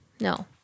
no